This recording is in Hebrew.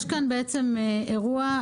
יש כאן בעצם אירוע,